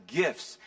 gifts